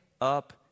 up